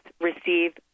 receive